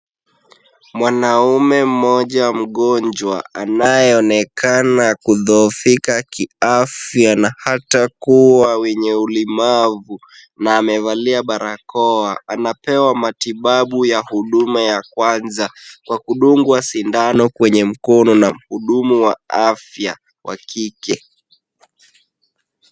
Mwanaume mmoja mgonjwa, anayeonekana kudhoofika kiafya na hata kuwa wenye ulemavu na amevalia barakoa, anapewa matibabu ya huduma ya kwanza kwa kudungwa sindano kwenye mkono na mhudumu wa afya wa kike.